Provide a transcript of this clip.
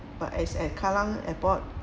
but it's at kallang airport